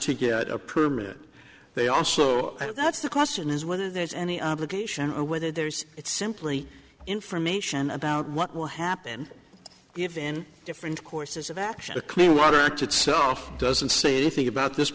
to get a permit they also that's the question is whether there's any obligation or whether there's simply information about what will happen given different courses of action the clean water act itself doesn't say anything about this